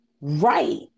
Right